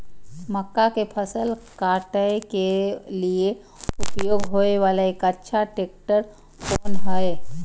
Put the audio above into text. मक्का के फसल काटय के लिए उपयोग होय वाला एक अच्छा ट्रैक्टर कोन हय?